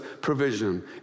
provision